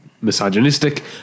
misogynistic